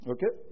Okay